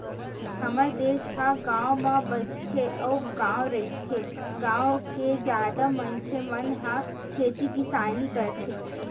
हमर देस ह गाँव म बसथे अउ गॉव रहिथे, गाँव के जादा मनखे मन ह खेती किसानी करथे